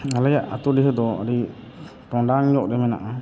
ᱟᱞᱮᱭᱟᱜ ᱟᱛᱳ ᱰᱤᱦᱤᱫᱚ ᱟᱹᱰᱤ ᱴᱚᱸᱰᱟᱝ ᱧᱚᱜᱨᱮ ᱢᱮᱱᱟᱜᱼᱟ